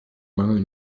mangel